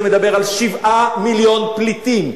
שמדבר על 7 מיליון פליטים.